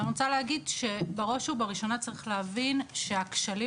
אני רוצה להגיד שבראש ובראשונה צריך להבין שהכשלים